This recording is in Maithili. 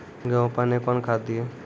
गेहूँ पहने कौन खाद दिए?